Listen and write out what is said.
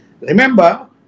Remember